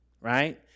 right